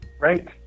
Right